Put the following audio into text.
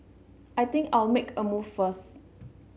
I think I'll make a move first